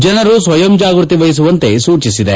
ಜನರು ಸ್ವಯಂ ಜಾಗ್ಯತಿ ವಹಿಸುವಂತೆ ಸೂಚಿಸಿದೆ